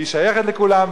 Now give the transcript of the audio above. היא שייכת לכולם,